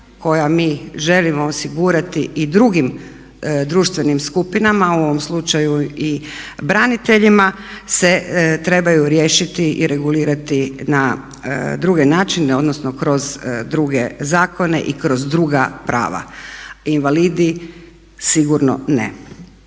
koja mi želimo osigurati i drugim društvenim skupinama a u ovom slučaju i braniteljima se trebaju riješiti i regulirati na druge načine, odnosno kroz druge zakona i kroz druga prava. Invalidi sigurno ne.